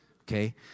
Okay